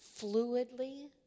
fluidly